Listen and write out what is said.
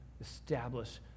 establish